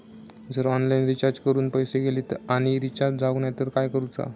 जर online recharge करून पैसे गेले आणि रिचार्ज जावक नाय तर काय करूचा?